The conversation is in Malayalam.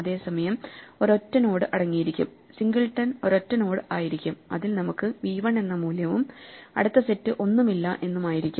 അതേസമയം ഒരൊറ്റ നോഡ് അടങ്ങിയിരിക്കും സിംഗിൾട്ടൺ ഒരൊറ്റ നോഡ് ആയിരിക്കും അതിൽ നമുക്ക് v 1 എന്ന മൂല്യവും അടുത്ത സെറ്റ് ഒന്നുമില്ല എന്നുമായിരിക്കും